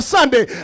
Sunday